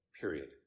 period